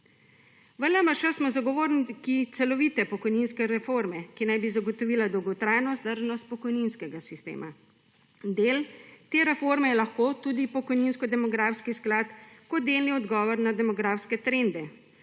V LMŠ smo zagovorniki celovite pokojninske reforme, ki naj bi zagotovila dolgotrajno vzdržnost pokojninskega sistema. Del te reforme je lahko tudi pokojninsko demografski sklad kot delni odgovor na demografske trende,